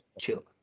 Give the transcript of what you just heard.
chill